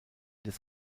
des